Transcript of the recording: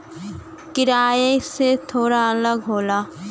किराए से थोड़ा अलग हौ